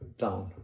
down